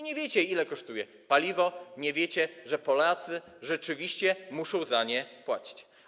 Nie wiecie, ile kosztuje paliwo, nie wiecie, że Polacy rzeczywiście muszą za nie płacić.